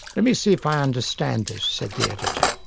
let me see if i understand this' said the editor.